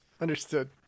Understood